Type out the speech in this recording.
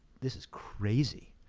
this is crazy,